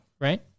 right